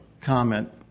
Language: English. comment